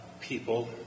people